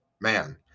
Man